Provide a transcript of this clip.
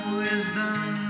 wisdom